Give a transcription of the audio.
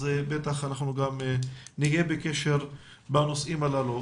אז בטח אנחנו גם נהיה בקשר בנושאים הללו.